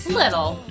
little